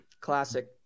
Classic